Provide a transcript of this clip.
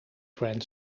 grand